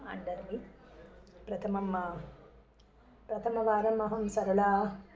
under मि प्रथमम् प्रथमवारं अहं सरला